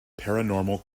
paranormal